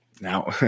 now